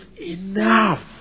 enough